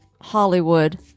Hollywood